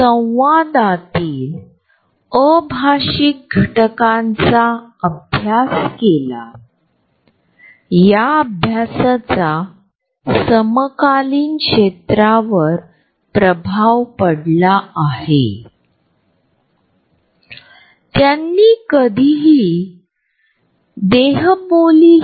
पण म्हणून प्रॉक्सिमिक्स हा केवळ अंतराचा अभ्यास नाही तर जे लोक एकमेकांशी वेगवेगळ्या प्रकारे अंतर राखतात परंतु आपल्या अनुभवांच्या इतर पैलूंमध्ये आयोजन केल्या जाणार्या जागेचा देखील अभ्यास आहे